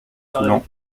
sous